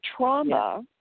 trauma